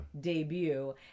debut